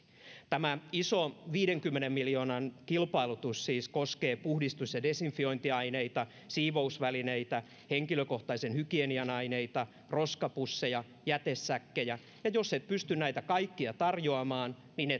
tämä iso viidenkymmenen miljoonan kilpailutus siis koskee puhdistus ja desinfiointiaineita siivousvälineitä henkilökohtaisen hygienian aineita roskapusseja ja jätesäkkejä ja jos et pysty näitä kaikkia tarjoamaan niin et